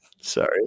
Sorry